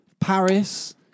Paris